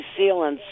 sealants—